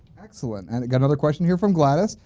excellent and it got another question here from gladys.